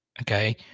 Okay